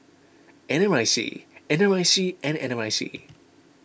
N R I C N R I C and N R I C